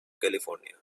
california